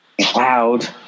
cloud